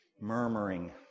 Murmuring